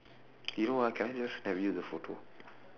you know ah can I just snap you the photo